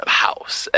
house